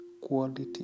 quality